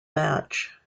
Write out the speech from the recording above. match